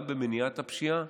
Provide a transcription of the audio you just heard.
גם במניעת הפשיעה